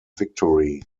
victory